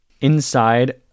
Inside